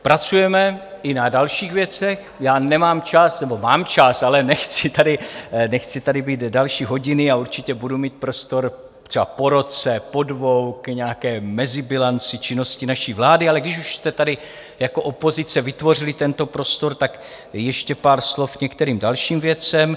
Pracujeme i na dalších věcech, já nemám čas nebo mám čas, ale nechci tady být další hodiny a určitě budu mít prostor třeba po roce, po dvou, k nějaké mezibilanci činnosti naší vlády, ale když už jste tady jako opozice vytvořili tento prostor, tak ještě pár slov k některým dalším věcem.